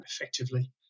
effectively